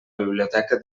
biblioteca